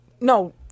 No